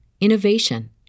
innovation